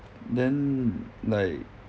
then like